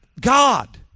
god